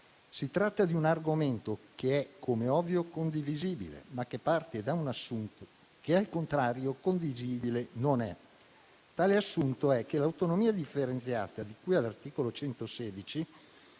Si tratta di un argomento che, com'è ovvio, è condivisibile, ma che parte da un assunto che, al contrario, condivisibile non è. Tale assunto è che l'autonomia differenziata di cui all'articolo 116